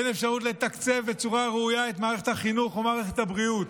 אין אפשרות לתקצב בצורה ראויה את מערכת החינוך ומערכת הבריאות.